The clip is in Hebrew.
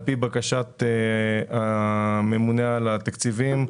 על פי בקשת הממונה על התקציבים,